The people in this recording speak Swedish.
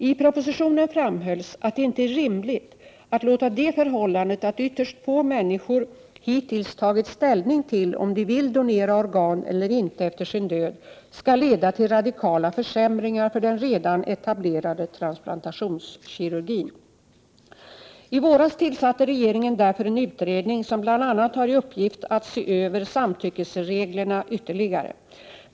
I propositionen framhölls att det inte är rimligt att låta det förhållandet, att ytterst få människor hittills tagit ställning till om de vill donera organ eller inte efter sin död, leda till radikala försämringar för den redan etablerade transplantationskirurgin. I våras tillsatte regeringen därför en utredning som bl.a. har i uppgift att se över samtyckesreglerna ytterligare.